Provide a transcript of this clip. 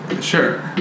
Sure